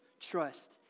trust